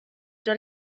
già